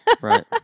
Right